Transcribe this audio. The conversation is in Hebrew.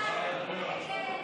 ההסתייגות (58)